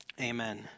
Amen